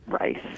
rice